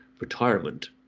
retirement